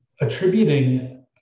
attributing